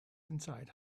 inside